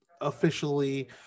officially